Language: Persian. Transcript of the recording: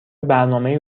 برنامه